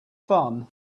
fun